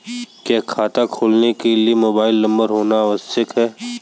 क्या खाता खोलने के लिए मोबाइल नंबर होना आवश्यक है?